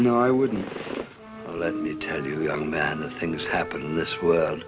know i wouldn't let me tell you young man things happen in this world